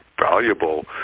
valuable